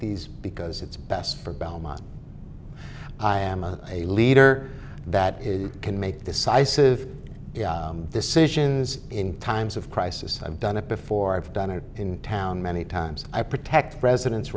these because it's best for belmont i am a a leader that is you can make decisive decisions in times of crisis i've done it before i've done it in town many times i protect presiden